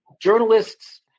journalists